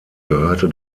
gehörte